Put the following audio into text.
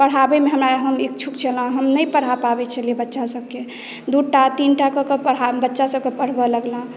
पढ़ाबेमे हम इच्छुक छी ओना हम नहि पढ़ा पाबै छलियै बच्चा सभकेँ दूटा तीनटा बच्चा सभकेँ पढ़बऽ लगलहुँ